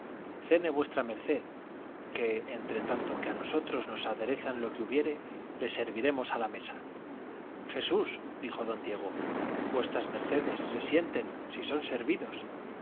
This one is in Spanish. cene v md que entre tanto que a nosotros nos aderezan lo que hubiere le serviremos a la mesa jesús dijo don diego v mds se sienten si son servidos